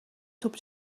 توپ